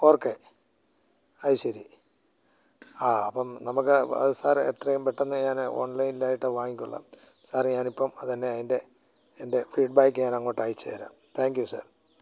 four K അതുശരി ആ അപ്പം നമുക്ക് അത് സാർ എത്രയും പെട്ടെന്ന് ഞാൻ ഓൺലൈനിലായിട്ട് വാങ്ങിക്കോളാം സാറേ ഞാനിപ്പം അതിന് അതിൻ്റെ എൻ്റെ ഫീഡ്ബാക്ക് ഞാൻ അങ്ങോട്ട് അയച്ച് തരാം താങ്ക് യു സാർ